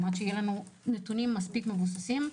עד שיהיו לנו נתונים מבוססים יותר,